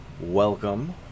welcome